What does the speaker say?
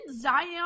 Zion